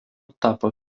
tapo